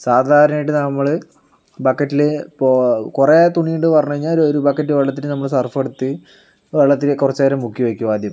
സാധാരണയായിട്ട് നമ്മൾ ബക്കറ്റിൽ ഇപ്പോൾ കുറേ തുണി ഉണ്ട് എന്ന് പറഞ്ഞു കഴിഞ്ഞാൾ ഒരു ബക്കറ്റ് വെള്ളത്തിൽ നമ്മൾ സർഫ് എടുത്ത് വെള്ളത്തിൽ കുറച്ച് നേരം മുക്കി വെക്കും ആദ്യം